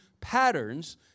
patterns